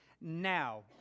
now